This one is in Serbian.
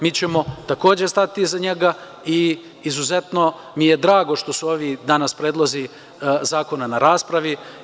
Mi ćemo takođe stati iza njega i izuzetno mi je drago što su ovi danas predlozi zakona na raspravi.